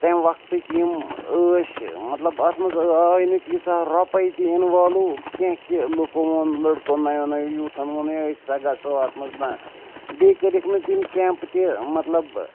تَمہِ وقتٕکۍ یِم ٲسۍ مطلب اَتھ منٛز آے نہٕ تیٖژاہ رۄپَے تہِ اِنوالُو کینٛہہ کہِ لُکو ووٚن لٔڑکو نَیو نَیو یوٗتھَن ووٚن ہے أسۍ سا گژھو اَتھ منٛز نہ بیٚیہِ کٔرِکھ نہٕ تِم کٮ۪مپ تہِ مطلب